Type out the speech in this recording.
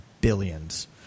billions